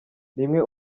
rimwe